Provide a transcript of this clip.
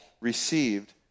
received